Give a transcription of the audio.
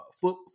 foot